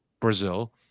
Brazil